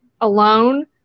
alone